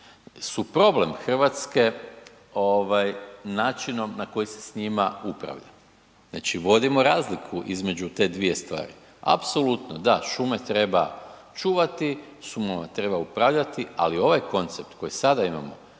su problem Hrvatske načinom na koji se s njima upravlja. Znači vodimo razliku između te dvije stvari, apsolutno da, šume treba čuvati, šumama treba upravljati ali ovaj koncept koji sada imamo